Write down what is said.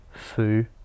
Foo